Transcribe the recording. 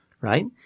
right